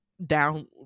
Down